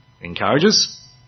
encourages